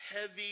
heavy